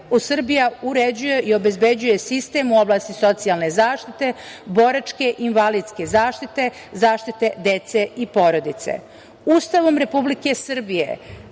Srbija uređuje i obezbeđuje sistem u oblasti socijalne zaštite, boračke i invalidske zaštite, zaštite dece i porodice.